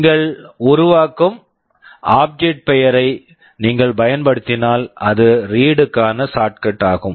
நீங்கள் உருவாக்கும் object object பெயரை நீங்கள் பயன்படுத்தினால் அது ரீட் read க்கான ஷார்ட்கட் shortcut ஆகும்